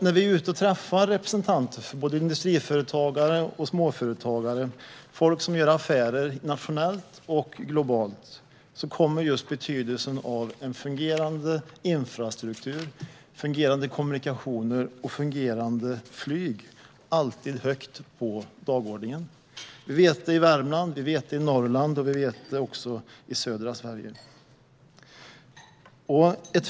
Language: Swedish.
När vi träffar representanter för industriföretagare och småföretagare, folk som gör affärer nationellt och globalt, kommer just betydelsen av fungerande infrastruktur, fungerande kommunikationer och fungerande flyg alltid högt upp på dagordningen. Det gäller i Värmland, i Norrland och i södra Sverige.